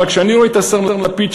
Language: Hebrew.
אבל כשאני רואה את השר לפיד,